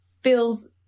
feels